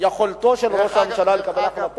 יכולתו של ראש הממשלה לקבל החלטה,